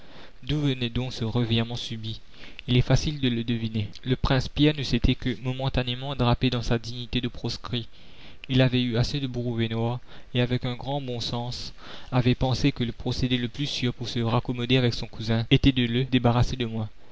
d'où venait donc ce revirement subit il est facile de le deviner le prince pierre ne s'était que momentanément drapé dans sa dignité de proscrit il avait eu assez de brouet noir et avec un grand bon sens avait pensé que le procédé le plus sûr pour se raccommoder avec son cousin était de le débarrasser de moi